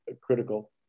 critical